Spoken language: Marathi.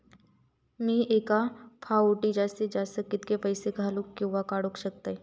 मी एका फाउटी जास्तीत जास्त कितके पैसे घालूक किवा काडूक शकतय?